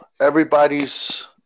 Everybody's